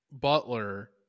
butler